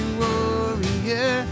warrior